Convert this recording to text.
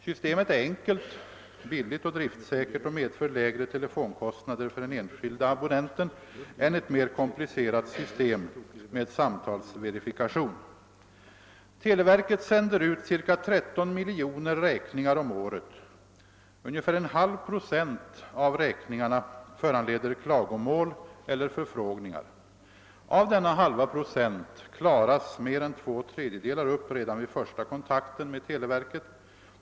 Systemet är enkelt, billigt och driftsäkert och medför lägre telefonkostnader för den enskilde abonnenten än ett mer komplicerat system med samtalsverifikation. Televerket sänder ut ca 13 miljoner räkningar om året. Ungefär en halv procent av räkningarna föranleder klagomål eller förfrågningar. Av denna halva procent klaras mer än två tredjedelar upp redan vid första kontakten med televerket.